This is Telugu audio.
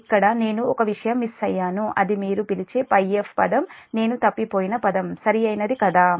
ఇక్కడ నేను ఒక విషయం మిస్ అయ్యాను అది మీరు పిలిచే πf పదం నేను తప్పిపోయిన పదం సరియైనది కదా